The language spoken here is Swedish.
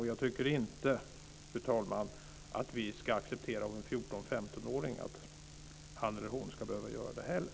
Jag tycker inte, fru talman, att vi ska acceptera att en 14 eller 15-åring ska behöva göra det heller.